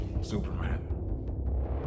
Superman